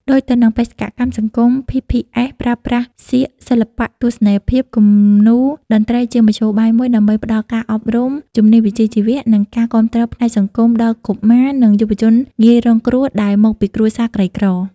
ដូចទៅនឹងបេសកកម្មសង្គម ភី ភី អេស ប្រើប្រាស់ សៀក សិល្បៈទស្សនីយភាព គំនូរ តន្ត្រី ជាមធ្យោបាយមួយដើម្បីផ្តល់ការអប់រំ ជំនាញវិជ្ជាជីវៈ និងការគាំទ្រផ្នែកសង្គមដល់កុមារ និងយុវជនងាយរងគ្រោះ ដែលមកពីគ្រួសារក្រីក្រ ។